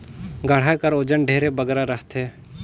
गाड़ा कर ओजन ढेरे बगरा रहथे